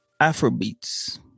afrobeats